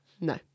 No